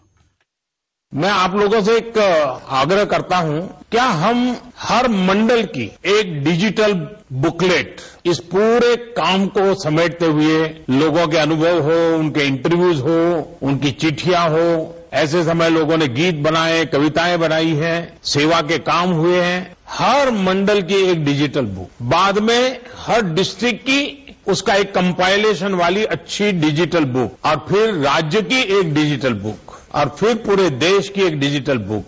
bite मैं आप लोगों से एक आग्रह करता हूं कि क्या हम हर मंडल की एक डिजिटल बुकलेट इस पूरे काम को समेटते हुए लोगों के अनुभव हो उनके इंटरव्यूज हो उनकी चिट्ठियां हो ऐसे समय में लोगों ने गीत बनाये कविताएं बनाई है सेवा के काम हुए है हर मंडल के एक डिजिटल में बाद में हर डिजिटल की उसका एक कम्पाइलेशन वाली अच्छी डिजिटल बुक और फिर राज्य की एक डिजिटल बुक और फिर पूरे देश की एक डिजिटल बुक